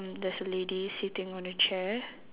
um there's a lady sitting on a chair